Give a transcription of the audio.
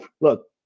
look